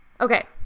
Okay